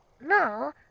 no